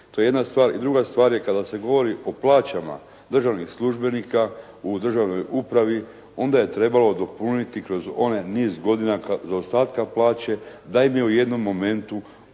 To je jedna stvar. I druga stvar je kada se govori o plaćama državnih službenika u državnoj upravi, onda je trebalo dopuniti kroz onaj niz godina zaostatka plaće da im je u jednom momentu